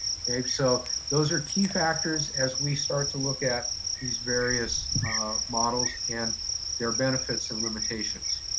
okay, so those are key factors as we start to look at these various models and their benefits and limitations.